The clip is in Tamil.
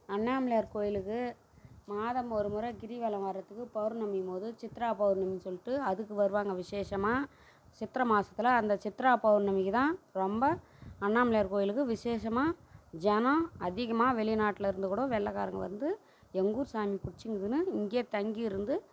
அண்ணாமலையார் கோயிலுக்கு மாதம் ஒரு முறை கிரிவலம் வர்றதுக்கு பெளர்ணமி மோது சித்ரா பெளர்ணமி சொல்லிட்டு அதுக்கு வருவாங்க விசேஷமாக சித்திர மாதத்துல அந்த சித்ரா பெளர்ணமிக்கு தான் ரொம்ப அண்ணாமலையார் கோயிலுக்கு விசேஷமாக ஜனம் அதிகமாக வெளிநாட்டில் இருந்து கூட வெள்ளக்காரங்க வந்து எங்கூர் சாமி பிடிச்சிருக்குதுன்னு இங்கேயே தங்கி இருந்து